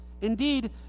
Indeed